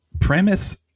premise